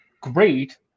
great